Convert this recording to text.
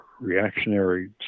reactionary